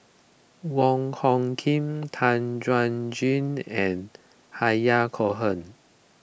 Wong Hung Khim Tan Chuan Jin and Yahya Cohen